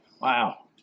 Wow